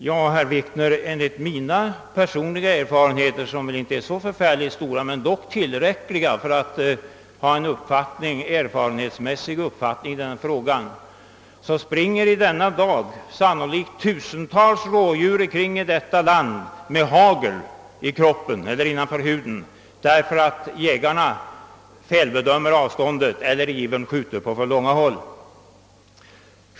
Ja, herr Wikner, enligt mina personliga erfarenheter — som väl inte är så stora men dock tillräckliga för att jag skall kunna ha en erfarenhetsmässig uppfattning i denna fråga — springer i denna dag sannolikt tusentals rådjur omkring i vårt land med hagel i kroppen eller innanför huden, därför att jägare felbedömt avståndet eller i ivern skjutit på för långa håll.